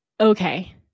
Okay